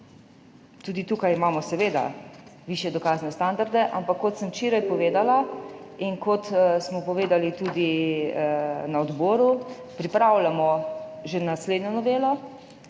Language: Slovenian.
Tudi tukaj imamo seveda višje dokazne standarde, ampak kot sem včeraj povedala in kot smo povedali tudi na odboru, pripravljamo že naslednjo novelo